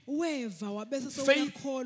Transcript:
Faith